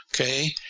Okay